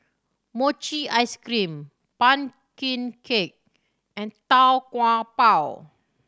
mochi ice cream pumpkin cake and Tau Kwa Pau